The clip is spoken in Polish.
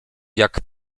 jak